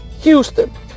Houston